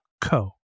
co